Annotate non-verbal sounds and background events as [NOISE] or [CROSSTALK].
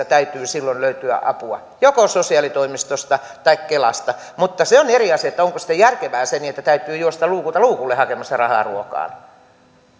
[UNINTELLIGIBLE] täytyy silloin löytyä apua joko sosiaalitoimistosta tai kelasta mutta se on eri asia onko sitten järkevää se että täytyy juosta luukulta luukulle hakemassa rahaa ruokaan